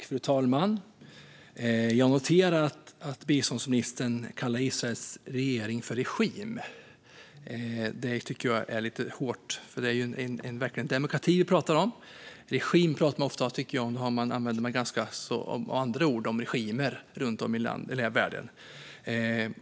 Fru talman! Jag noterade att biståndsministern kallade Israels regering för regim. Det tycker jag är lite hårt, eftersom det verkligen är en demokrati som vi talar om. Ordet regim använder man ofta om vissa andra regimer runt om i världen.